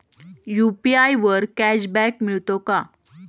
UPI वर cashback मिळतो का?